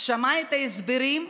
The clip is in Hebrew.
שמע את ההסברים,